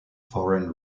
foreign